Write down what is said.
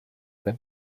him